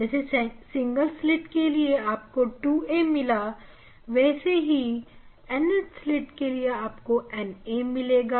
जैसे double slit के लिए आपको 2a मिला था वैसे ही Nth स्लिट के लिए Na मिलेगा